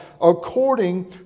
according